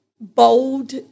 bold